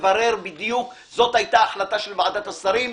לברר בדיוק זו היתה החלטה של ועדת השרים.